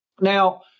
Now